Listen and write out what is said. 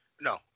no